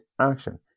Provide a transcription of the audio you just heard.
action